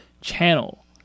channel